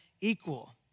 equal